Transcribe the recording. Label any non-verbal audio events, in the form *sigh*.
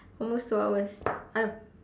almost two hours *noise*